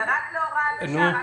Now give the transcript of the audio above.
ורק להוראת השעה.